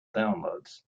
downloads